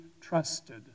trusted